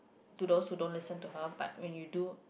to those who don't listen to her but when you do